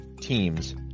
teams